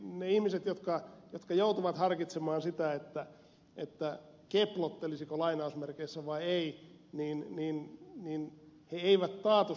niistä ihmisistä jotka joutuvat harkitsemaan sitä keplottelisiko vai ei nellimiin niin eivät taatut